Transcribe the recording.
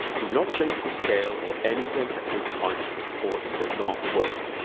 do not change the scale or anything at this point or it will not work.